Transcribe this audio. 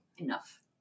enough